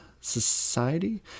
society